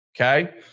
okay